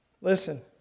Listen